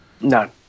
No